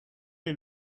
est